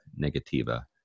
negativa